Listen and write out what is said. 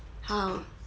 how